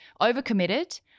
overcommitted